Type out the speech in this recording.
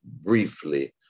briefly